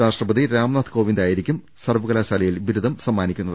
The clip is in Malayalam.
രാഷ്ട്രപതി രാംനാഥ് കോവിന്ദായിരിക്കും സർവകലാശാലയിൽ ബിരുദം സമ്മാനിക്കുന്നത്